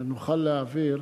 שנוכל להעביר